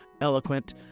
eloquent